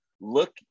look